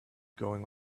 going